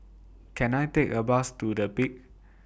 Can I Take A Bus to The Peak